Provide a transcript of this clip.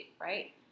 right